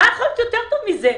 מה יותר טוב מזה?